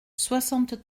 soixante